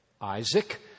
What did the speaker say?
Isaac